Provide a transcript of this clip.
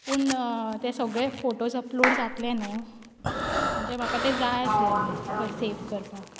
पूण ते सगळें फोटोज अपलोड जातले न्हू म्हणजे म्हाका ते जाय आसलेले थंय सेव्ह करपाक